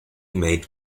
made